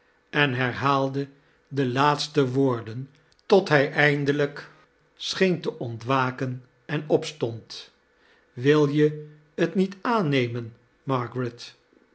en herhaalde de laatste woordan tot hij edndelijk scheen te ontwaken en opstond wil jie t niet aannemen margaret